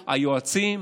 היועצים,